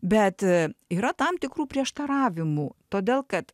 bet yra tam tikrų prieštaravimų todėl kad